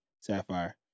Sapphire